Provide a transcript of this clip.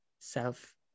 self